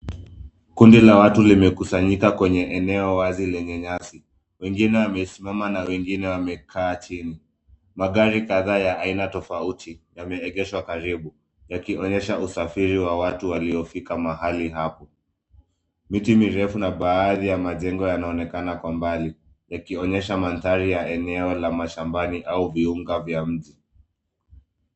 Kundi la watu limekusanyika kwenye eneo wazi lenye nyasi. Wengine wamesimama na wengine wamekaa chini. Magari kadhaa ya aina tofauti yameegeshwa karibu, yakionyesha usafiri wa watu waliofika mahali hapo. Miti mirefu na baadhi ya majengo yanaonekana kwa mbali, yakionyesha mandhari ya eneo la mashambani au viunga vya mji.